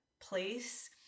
place